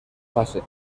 fase